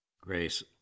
Grace